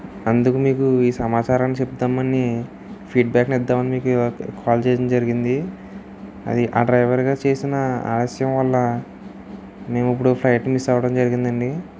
అందుకు మీకు ఈ సమాచారాన్ని చెపుదామని ఫీడ్ బ్యాక్ ని ఇద్దామని మీకు కాల్ చేయడం జరిగింది అది ఆ డ్రైవర్ గారు చేసిన ఆలస్యం వల్ల మేము ఇప్పుడు ఫ్లైట్ మిస్ అవ్వడం జరిగిందండి